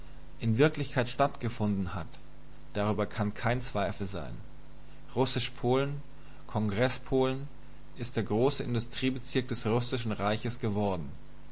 in wirklichkeit stattgefunden hat darüber kann kein zweifel sein russisch polen kongreß polen ist der große industriebezirk des russischen reichs geworden